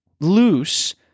loose